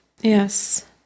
yes